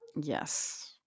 Yes